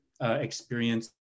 experience